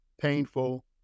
painful